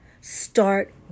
start